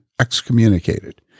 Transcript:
excommunicated